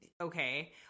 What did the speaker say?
okay